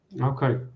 Okay